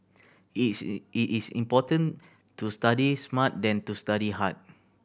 it is more important to study smart than to study hard